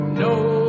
No